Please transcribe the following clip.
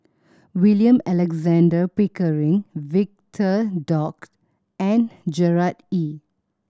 William Alexander Pickering Victor Doggett and Gerard Ee